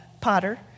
Potter